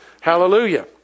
Hallelujah